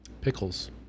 Pickles